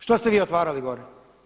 Što ste vi otvarali gore?